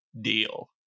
deal